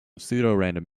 pseudorandom